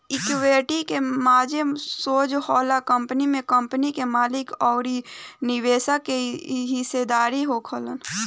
equity के माने सोज होला कंपनी में कंपनी के मालिक अउर निवेशक के हिस्सेदारी होखल